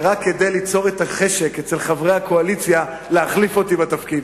ורק כדי ליצור את החשק אצל חברי הקואליציה להחליף אותי בתפקיד.